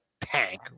tank